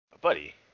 Buddy